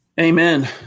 Amen